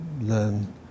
learn